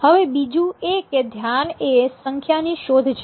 હવે બીજું એ કે ધ્યાન એ સંખ્યાની શોધ છે